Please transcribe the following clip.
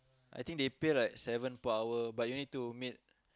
I think they pay like seven per hour but you need to meet